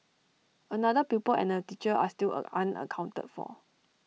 another pupil and A teacher are still unaccounted for